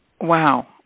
Wow